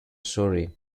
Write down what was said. sorry